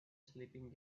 sleeping